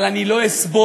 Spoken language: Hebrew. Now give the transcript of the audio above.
אבל אני לא אסבול,